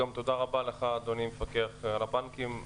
גם תודה רבה לך אדוני, המפקח על הבנקים.